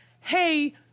hey